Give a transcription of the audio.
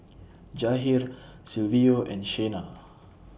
Jahir Silvio and Shena